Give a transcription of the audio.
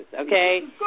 okay